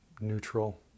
neutral